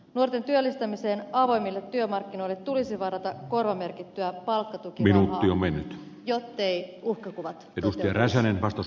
nuorten työllistämiseen avoimille työmarkkinoille tulisi varata korvamerkittyä palkkatukirahaa jotteivät uhkakuvat toteutuisi